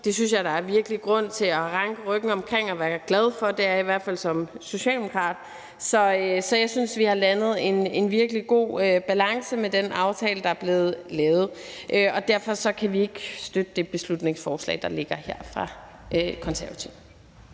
Det synes jeg virkelig der er grund til at ranke ryggen over og være glad for; det er jeg i hvert fald som socialdemokrat. Så jeg synes, vi har landet en virkelig god balance med den aftale, der er blevet lavet, og derfor kan vi ikke støtte det beslutningsforslag, der ligger her fra Konservative.